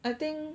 I think